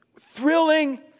thrilling